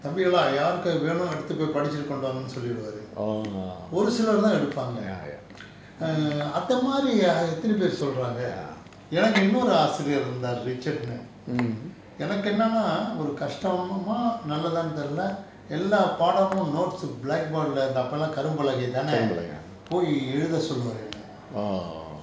தம்பிகளா யாருக்கு அது வேணும் எடுத்து போய் படிச்சிட்டு கொண்டுவாங்கன்னு சொல்லிடுவாரு ஒரு சிலர்தான் எடுப்பாங்க:thambikala yaarukku athu venum eduthu poi padichittu konduvaankannu solliduvaaru oru silarthaan eduppaanka err அத மாரி எத்தன பேர் சொல்றாங்க எனக்கு இன்னொரு ஆசிரியர் இருந்தாரு:atha maari ethana per solraanka enakku innoru aasiriyar irunthaaru richard னு எனக்கு என்னன்னா ஒரு கஷ்டமா நல்லதான்னு தெரியல எல்லா பாடமும்:nnu enakku ennannaa oru kastamaa nallathaannu theriyala ellaa paadamum notes black board leh அப்பலாம் கரும்பலக தான போய் எழுத சொல்லுவாரு என்ன:appalaam karumpalaka thaana poi elututha solluvaaru enne